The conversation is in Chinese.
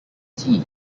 竞技